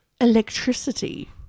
electricity